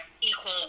equal